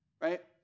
right